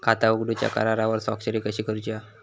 खाता उघडूच्या करारावर स्वाक्षरी कशी करूची हा?